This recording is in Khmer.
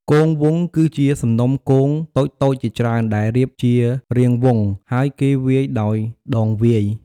គងវង់គឺជាសំណុំគងតូចៗជាច្រើនដែលរៀបជារាងវង់ ហើយគេវាយដោយដងវាយ។